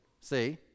see